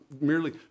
merely